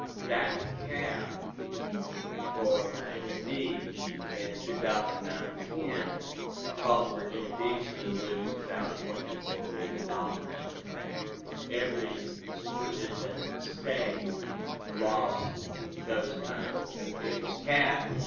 that cap for beach and two thousand nineteen ten cals virginia beach to lose about twenty four million dollars every school division in the state lost those kind of it was capped.